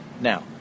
Now